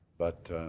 but